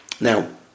Now